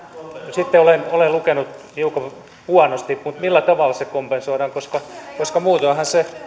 sitten olen olen lukenut hiukan huonosti mutta millä tavalla se kompensoidaan koska koska muutoinhan se